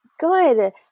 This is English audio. Good